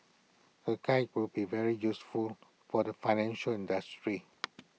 the guide would be very useful for the financial industry